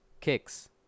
kicks